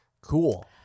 Cool